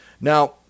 Now